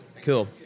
Cool